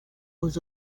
aux